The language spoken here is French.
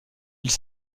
ils